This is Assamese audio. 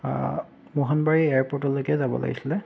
মোহনবাৰীৰ এয়াৰপৰ্টলৈকে যাব লাগিছিলে